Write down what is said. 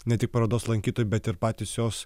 ne tik parodos lankytojai bet ir patys jos